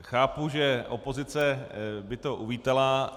Chápu, že opozice by to uvítala.